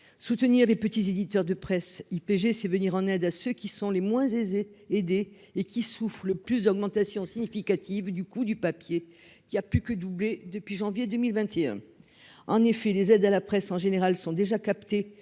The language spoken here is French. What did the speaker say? soutenir les petits éditeurs de presse IPG c'est venir en aide à ceux qui sont les moins aisés des et qui souffrent le plus d'augmentation significative du coût du papier qui a plus que doublé depuis janvier 2021 en effet, les aides à la presse en général sont déjà capté